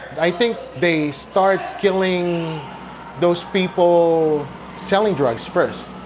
i think they start killing those people selling drugs first,